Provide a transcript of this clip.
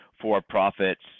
for-profits